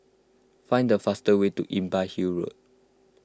find the fastest way to Imbiah Hill Road